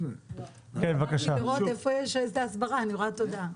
אני מנסה לראות איפה יש הסברה, אני רואה "תודה".